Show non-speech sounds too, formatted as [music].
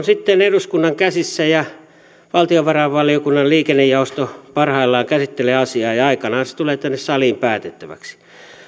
[unintelligible] sitten eduskunnan käsissä ja valtiovarainvaliokunnan liikennejaosto parhaillaan käsittelee asiaa ja aikanaan se tulee tänne saliin päätettäväksi